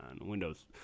Windows